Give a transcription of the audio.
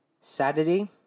Saturday